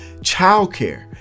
childcare